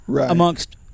amongst